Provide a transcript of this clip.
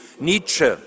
Nietzsche